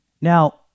Now